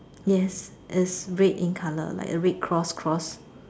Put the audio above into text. yes it's red in colour like a red cross cross